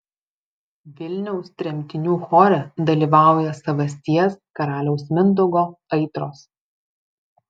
vilniaus tremtinių chore dalyvauja savasties karaliaus mindaugo aitros